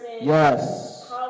yes